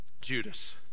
Judas